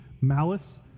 malice